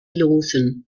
losen